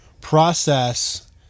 process